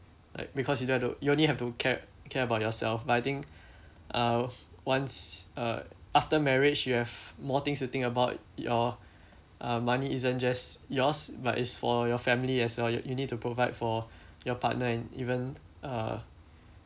like because you don't have to you only have to care care about yourself but I think uh once uh after marriage you have more things to think about your uh money isn't just yours but it's for your family as long you you need to provide for your partner and even uh